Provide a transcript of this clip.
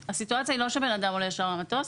הסיטואציה היא לא שבן אדם עולה ישר למטוס.